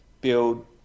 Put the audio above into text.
build